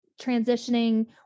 transitioning